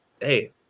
hey